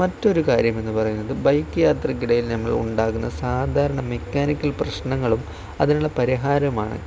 മറ്റൊരു കാര്യം എന്ന് പറയുന്നത് ബൈക്ക് യാത്രക്കിടയിൽ നമ്മൾക്ക് ഉണ്ടാകുന്ന സാധാരണ മെക്കാനിക്കൽ പ്രശ്നങ്ങളും അതിനുള്ള പരിഹാരവുമാണ്